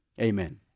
Amen